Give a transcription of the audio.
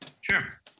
Sure